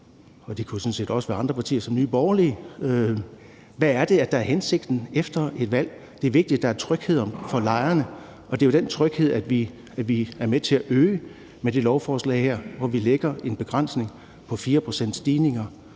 set også være andre partier som Nye Borgerlige. Hvad er det, der er hensigten efter et valg? Det er vigtigt, at der er tryghed for lejerne, og det er jo den tryghed, vi er med til at øge med det lovforslag her, hvor vi lægger en begrænsning på 4 pct. for stigninger